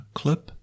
clip